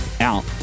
out